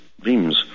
dreams